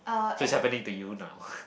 so it's happening to you now